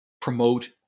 promote